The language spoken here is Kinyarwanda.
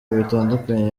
bitandukanye